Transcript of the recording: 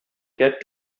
get